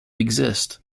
exist